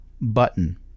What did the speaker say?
button